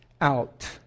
out